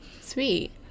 Sweet